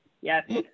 Yes